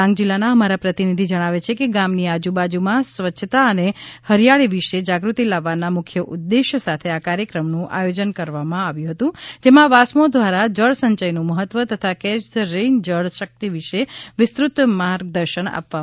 ડાંગ જિલ્લાના અમારા પ્રતિનિધિ જણાવે છે કે ગામની આજુબાજુમાં સ્વચ્છતા અને હરિયાળી વિશે જાગૃતિ લાવવાના મુખ્ય ઉદ્દેશ સાથે આ કાર્યક્રમનું આયોજન કરવામાં આવ્યું હતું જેમાં વાસ્મો દ્વારા જળ સંચયનું મહત્વ તથા કેચ ધ રેઈન જળ શક્તિ વિશે વિસ્તૃત માર્ગદર્શન આપવામાં આવ્યું હતું